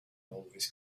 always